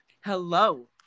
Hello